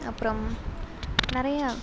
அப்புறம் நிறையா